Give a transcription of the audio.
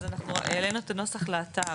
אז אנחנו העלנו את הנוסח לאתר,